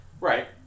Right